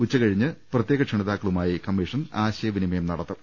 ഉച്ചകഴിഞ്ഞ് പ്രത്യേക ക്ഷണിതാക്കളുമായി കമ്മിഷൻ ആശയവിനിമയം നടത്തും